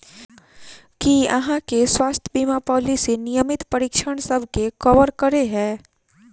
की अहाँ केँ स्वास्थ्य बीमा पॉलिसी नियमित परीक्षणसभ केँ कवर करे है?